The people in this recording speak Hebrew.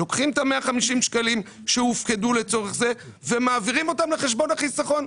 לוקחים את ה-150 שקלים שהופקדו לצורך זה ומעבירים אותך לחשבון החיסכון.